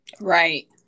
Right